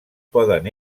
poden